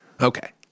Okay